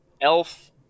Elf